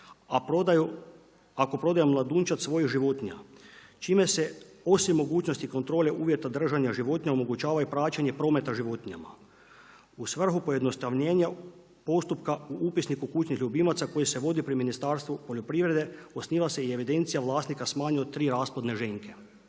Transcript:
ako prodaju mladunčad svojih životinja čime se osim mogućnost kontrole uvjeta držanja životinja omogućava i praćenje prometa životinjama. U svrhu pojednostavnjenja postupka u Upisniku kućnih ljubimaca koji se vodi pri Ministarstvu poljoprivrede, osniva se i evidencija vlasnika sa manje od rasplodne ženke.